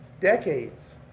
decades